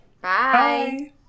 bye